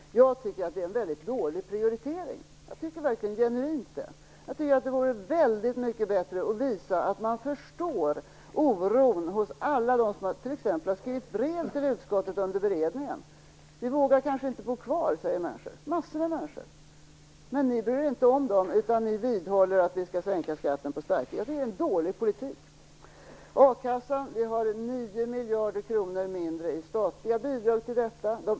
Jag tycker att det är en genuint dålig prioritering. Jag tycker att det vore väldigt mycket bättre att visa att man förstår oron hos alla dem som t.ex. har skrivit brev till utskottet under beredningen. Vi vågar kanske inte bo kvar, säger massor av människor. Men Socialdemokraterna och Centerpartiet bryr sig inte om dessa människor, utan vidhåller att man skall sänka skatten på starköl. Jag tycker att det är en dålig politik. Vi har 9 miljarder kronor mindre i statliga bidrag till a-kassan i vårt förslag.